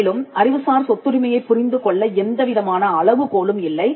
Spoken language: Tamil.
மேலும் அறிவுசார் சொத்துரிமையைப் புரிந்துகொள்ள எந்தவிதமான அளவுகோலும் இல்லை